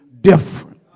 different